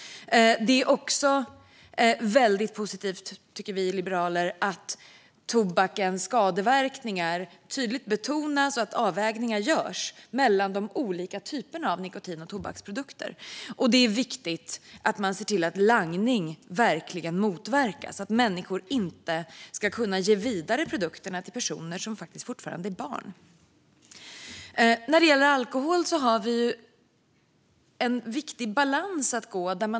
Vi liberaler tycker också att det är positivt att tobakens skadeverkningar tydligt betonas och att avvägningar görs mellan de olika typerna av nikotin och tobaksprodukter. Det är viktigt att man ser till att langning verkligen motverkas, så att människor inte ska kunna ge produkterna vidare till personer som fortfarande är barn. När det gäller alkohol finns en viktig balansgång.